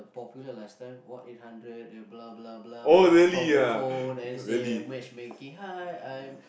popular last time what eight hundred the blah blah blah blah from the phone and then say matchmaking hi I'm